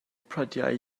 prydau